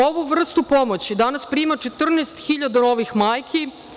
Ovu vrstu pomoći danas prima 14.000 ovih majki.